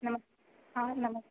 नम् हां नमस्